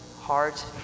heart